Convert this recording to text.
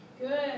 Good